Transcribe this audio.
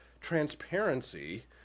transparency